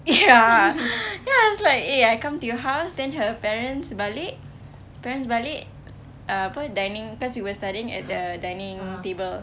ya then I was like eh I come to your house then her parents balik her parents balik uh apa dining cause we were studying at the dining table